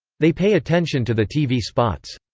they pay attention to the tv spots.